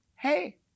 Hey